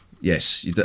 yes